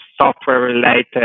software-related